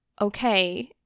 okay